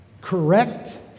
correct